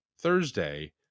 Thursday